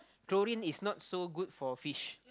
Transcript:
chlorine is not so good for fish